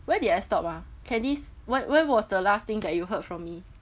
where did I stop ah candice where where was the last thing that you heard from me